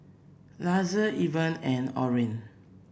Lizzie Elvin and Orren